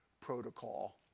protocol